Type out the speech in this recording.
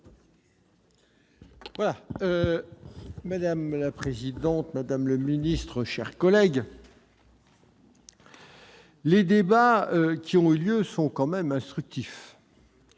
Madame la présidente, madame la ministre, mes chers collègues, les débats qui ont eu lieu sont tout de même très instructifs.